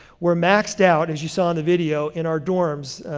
we're maxed out, as you saw in the video, in our dorms.